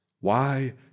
Why